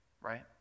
Right